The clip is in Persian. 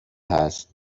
هست